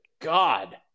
God